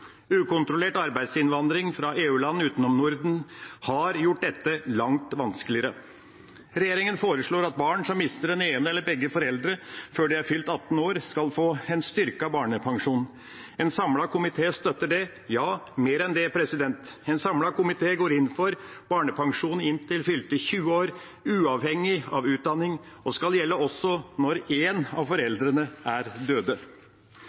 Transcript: Ukontrollert arbeidsinnvandring fra EU-land utenom Norden har gjort dette langt vanskeligere. Regjeringa foreslår at barn som mister den ene forelderen eller begge foreldre før de er fylt 18 år, skal få en styrket barnepensjon. En samlet komité støtter det – ja, mer enn det. En samlet komité går inn for barnepensjon inntil fylte 20 år uavhengig av utdanning, og det skal gjelde også når en av foreldrene er